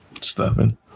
stuffing